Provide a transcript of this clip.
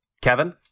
Kevin